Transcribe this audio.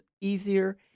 easier